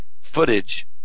footage